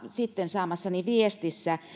sitten saamassani viestissä